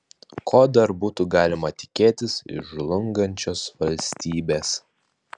ko dar būtų galima tikėtis iš žlungančios valstybės